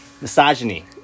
Misogyny